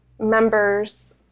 members